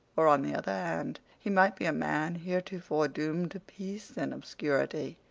or, on the other hand, he might be a man heretofore doomed to peace and obscurity,